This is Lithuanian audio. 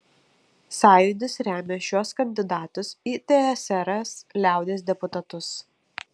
sąjūdis remia šiuos kandidatus į tsrs liaudies deputatus